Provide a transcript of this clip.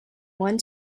one